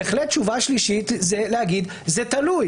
בהחלט תשובה שלישית זה להגיד "זה תלוי".